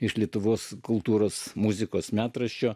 iš lietuvos kultūros muzikos metraščio